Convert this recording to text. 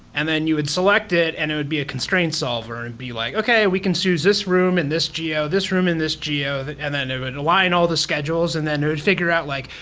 and then you would select it and it would be a constraint solver and be like, okay. we can so use this room and this geo, this room and this geo, and then it would align all the schedules and then it would figure out like,